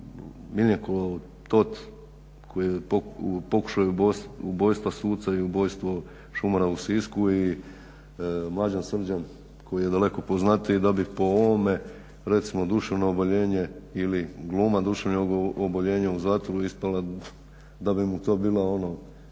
Miljenko Tot koji je pokušao i ubojstvo suca i ubojstvo šumara u Sisku i Mlađan Srđan koji je daleko poznatiji, da bi po ovome recimo duševno oboljenje ili gluma duševnog oboljenja u zatvoru ispala da bi mu to bila ono